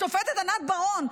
השופטת ענת ברון,